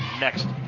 next